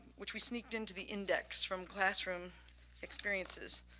which we sneaked into the index from classroom experiences.